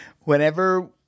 Whenever